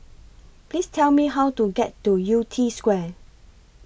Please Tell Me How to get to Yew Tee Square